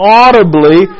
audibly